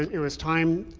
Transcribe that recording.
it was time.